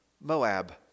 Moab